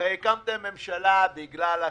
הרי הקמתם ממשלה בגלל החירום.